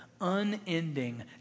unending